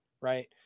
right